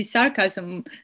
Sarcasm